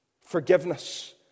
Forgiveness